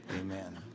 Amen